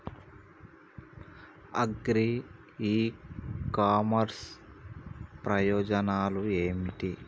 Agri e commerce ప్రయోజనాలు ఏమిటి?